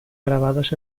grabados